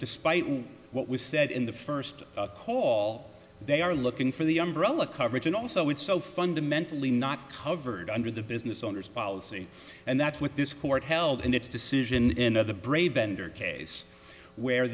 despite what was said in the first call they are looking for the umbrella coverage and also it's so fundamentally not covered under the business owner's policy and that's what this court held in its decision in the bray bender case where